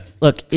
Look